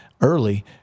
early